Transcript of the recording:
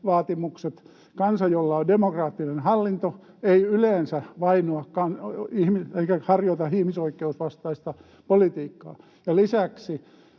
demokratiavaatimukset — kansa, jolla on demokraattinen hallinto, ei yleensä vainoa eikä harjoita ihmisoikeusvastaista politiikkaa — ja lisäksi,